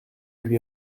lui